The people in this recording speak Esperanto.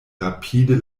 rapide